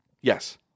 Yes